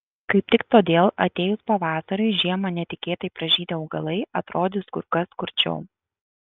kaip tik todėl atėjus pavasariui žiemą netikėtai pražydę augalai atrodys kur kas skurdžiau